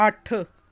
ਅੱਠ